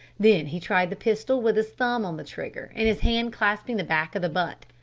then he tried the pistol with his thumb on the trigger and his hand clasping the back of the butt.